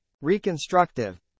Reconstructive